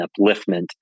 upliftment